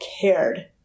cared